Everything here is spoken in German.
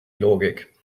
logik